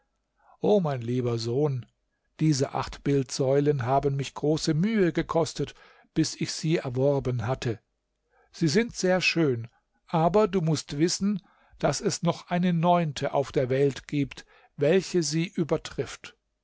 o mein lieber sohn diese acht bildsäulen haben mich große mühe gekostet bis ich sie erworben hatte sie sind sehr schön aber du mußt wissen daß es noch eine neunte auf der welt gibt welche sie übertrifft